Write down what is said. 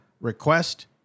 request